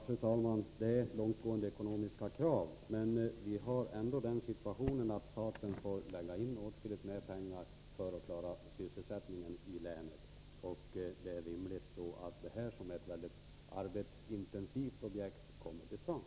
Fru talman! Det är långtgående ekonomiska krav, men vi befinner oss ändå i den situationen att staten får gå in med mycket pengar för att klara sysselsättningen i länet. Det är då rimligt att detta mycket arbetsintensiva objekt kommer till stånd.